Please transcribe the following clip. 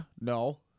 no